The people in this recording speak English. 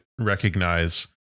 recognize